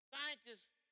Scientists